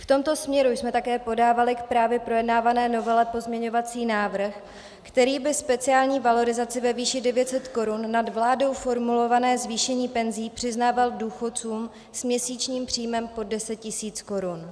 V tomto směru jsme také podávali k právě projednávané novele pozměňovací návrh, který by speciální valorizaci ve výši 900 korun nad vládou formulované zvýšení penzí přiznával důchodcům s měsíčním příjmem pod 10 tisíc korun.